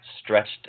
stretched